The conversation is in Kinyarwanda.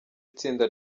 itsinda